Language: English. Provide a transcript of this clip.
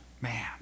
man